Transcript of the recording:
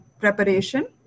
preparation